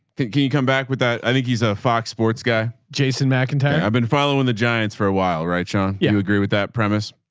can can you come back with that? i think he's a fox sports guy. jason macintyre. i've been following the giants for awhile, right? sean, you agree with that premise?